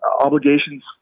obligations